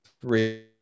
three